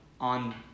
on